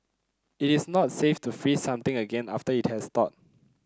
it is not safe to freeze something again after it has thawed